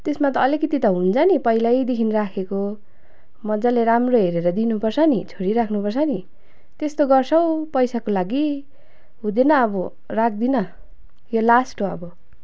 त्यसमा त अलिकति त हुन्छ नि पहिल्यैदेखि राखेको मजाले राम्रो हेरेर दिनुपर्छ नि छोडि राख्नुपर्छ नि त्यस्तो गर्छौ पैसाको लागि हुँदैन अब राख्दिनँ यो लास्ट हो अब